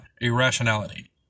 irrationality